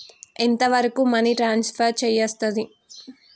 ఎంత వరకు money transfer చేయస్తది?